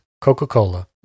Coca-Cola